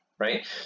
right